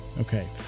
Okay